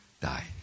Die